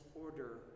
order